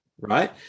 right